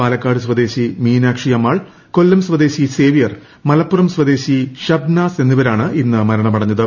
പാലക്കാട് സ്വദേശി മീനാക്ഷിയമ്മാൾ കൊല്ലം സ്വദേശി സേവ്യർ മലപ്പുറം സ്വദേശി ഷബ്നാസ് എന്നിവരാണ് ഇന്ന് മരണമടഞ്ഞത്